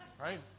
Right